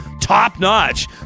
top-notch